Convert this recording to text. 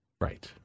Right